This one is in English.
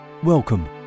Welcome